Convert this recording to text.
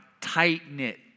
tight-knit